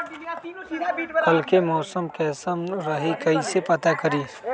कल के मौसम कैसन रही कई से पता करी?